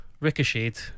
ricocheted